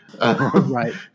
Right